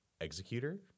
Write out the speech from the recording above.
Executor